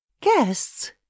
Guests